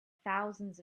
thousands